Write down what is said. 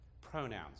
pronouns